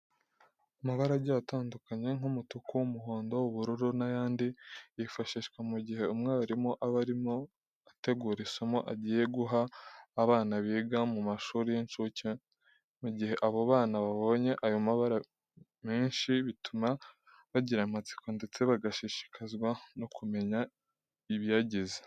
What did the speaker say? Amabara agiye atandukanye nk'umutuku, umuhondo, ubururu n'ayandi, yifashishwa mu gihe umwarimu aba irimo ategura isomo agiye guha abana biga mu mashuri y'incuke. Mu gihe abo bana babonye ayo mabara menshi bituma bagira amatsiko ndetse bagashishikazwa no kumenya ibiyagize.